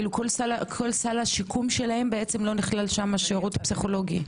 כל סל השיקום שלהם לא נכלל שם שירות פסיכולוגי?